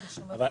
בשומר חומות?